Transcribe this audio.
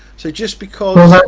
so just because.